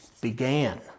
began